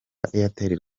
airtel